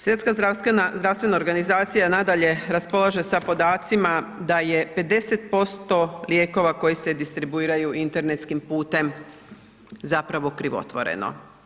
Svjetska zdravstvena organizacija nadalje raspolaže sa podacima da je 50% lijekova koji se distribuiraju internetskim putem zapravo krivotvoreno.